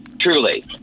truly